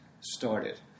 started